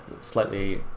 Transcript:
slightly